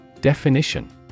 Definition